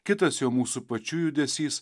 kitas jau mūsų pačių judesys